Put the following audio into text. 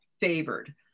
favored